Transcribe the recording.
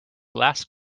last